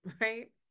right